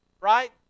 Right